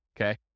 Okay